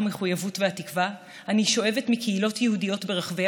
המחויבות והתקווה אני שואבת מקהילות יהודיות ברחבי